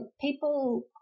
people